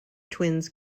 twins